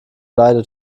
leide